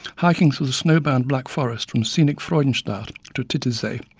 hiking through the snowbound black forest from scenic freudenstadt to titisee,